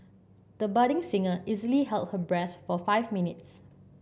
the budding singer easily held her breath for five minutes